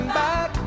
back